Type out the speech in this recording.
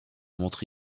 montre